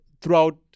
throughout